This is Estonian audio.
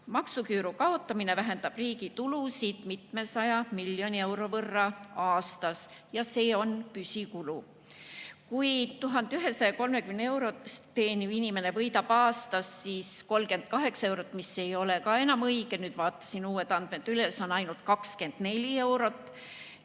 Maksuküüru kaotamine vähendab riigi tulusid mitmesaja miljoni euro võrra aastas ja see on püsikulu. Kui 1130 eurot teeniv inimene võidab aastas 38 eurot – see ei ole ka enam õige, vaatasin uued andmed üle, see on ainult 24 eurot